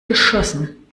geschossen